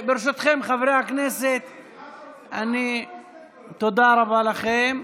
ברשותכם, חברי הכנסת, תודה רבה לכם.